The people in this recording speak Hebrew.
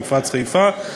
מפרץ חיפה,